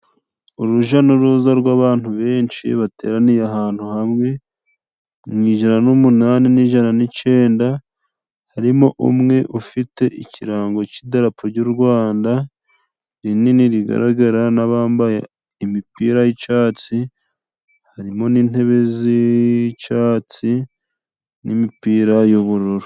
Uruja n'uruza rw'abantu benshi bateraniye ahantu hamwe .Mu ijana n'umunani n' ijana n' icenda harimo umwe ufite ikirango c'idarapo ry'u Rwanda rinini rigaragara n'abambaye imipira y'icatsi. Harimo n'intebe z'Icatsi n'imipira y'ubururu.